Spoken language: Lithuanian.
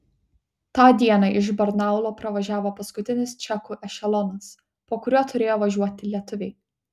tą dieną iš barnaulo pravažiavo paskutinis čekų ešelonas po kurio turėjo važiuoti lietuviai